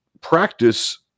practice